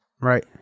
right